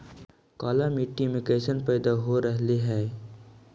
काला मिट्टी मे कैसन पैदा हो रहले है?